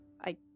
I-